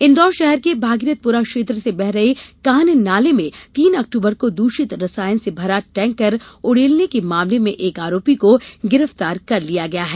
इंदौर शहर के भागीरथपुरा क्षेत्र से बह रहे कान्ह नाले में तीन अक्टूबर को दूषित रसायन से भरा टेंकर उड़ेलने के मामले में एक आरोपी को गिरफ्तार कर लिया गया है